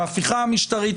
ההפיכה המשטרית.